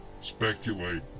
speculate